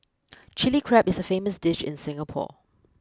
Chilli Crab is a famous dish in Singapore